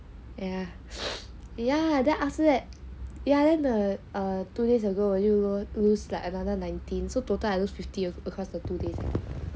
ya ya then after that then the two days ago 我就 lose like another nineteen so total I lose fifty across the two days